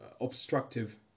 obstructive